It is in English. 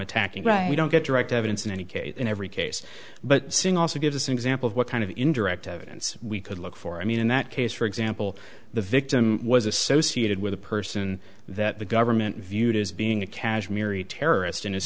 attacking right you don't get direct evidence in any case in every case but seeing also give us an example of what kind of indirect evidence we could look for i mean in that case for example the victim was associated with a person that the government viewed as being a kashmiri terrorist and as